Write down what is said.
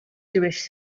jewish